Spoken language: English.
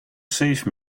save